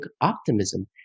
optimism